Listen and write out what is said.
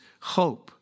hope